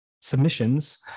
submissions